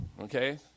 okay